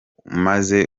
umaze